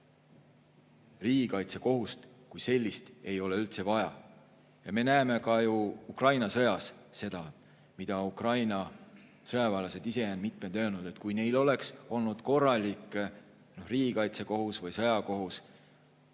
Riigikaitsekohut kui sellist ei ole üldse vaja. Me näeme ka ju Ukraina sõja puhul seda, mida mitmed Ukraina sõjaväelased ise on öelnud, et kui neil oleks olnud korralik riigikaitsekohus, sõjakohus